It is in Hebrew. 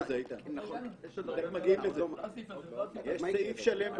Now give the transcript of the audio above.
יש סעיף שלם בעניין.